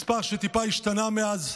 מספר שטיפה השתנה מאז,